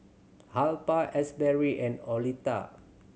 Alpha Asberry and Oleta